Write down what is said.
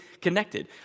connected